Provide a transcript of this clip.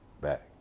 back